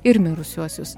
ir mirusiuosius